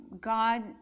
God